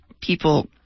people